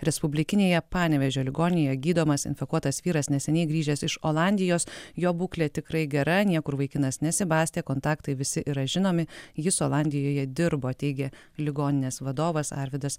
respublikinėje panevėžio ligoninėje gydomas infekuotas vyras neseniai grįžęs iš olandijos jo būklė tikrai gera niekur vaikinas nesibastė kontaktai visi yra žinomi jis olandijoje dirbo teigė ligoninės vadovas arvydas